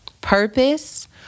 purpose